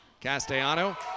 Castellano